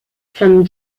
from